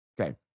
Okay